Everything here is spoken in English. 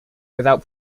without